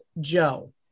Joe